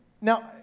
Now